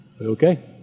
Okay